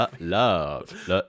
love